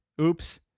Oops